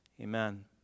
Amen